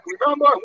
remember